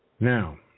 Now